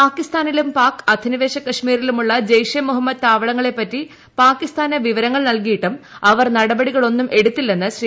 പാകിസ്ഥാനിലും പാക് അധിനിവേശ കശ്മീരിലും ഉള്ള ജെയ്ഷെ മുഹമ്മദ് താവളങ്ങളെപ്പറ്റി പാകിസ്ഥാന് വിവരങ്ങൾ നൽകിയിട്ടും അവർ നടപടികളൊന്നും എടുത്തില്ലെന്ന് ശ്രീ